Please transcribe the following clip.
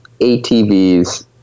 ATVs